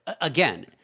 again